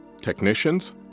Technicians